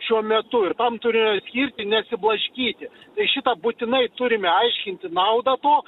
šiuo metu ir tam turi skirti nesiblaškyti tai šitą būtinai turime aiškinti naudą to